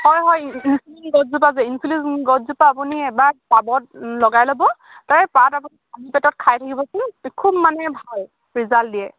হয় হয় ইঞ্চুলিন গছজোপা যে ইঞ্চুলিন গছজোপা আপুনি এবাৰ পাবত লগাই ল'ব তাৰে পাত আপুনি খালী পেটত খাই থাকিবচোন খুব মানে ভাল ৰিজাল্ট দিয়ে